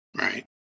right